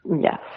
Yes